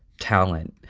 talent,